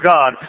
God